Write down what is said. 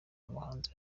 abahanzi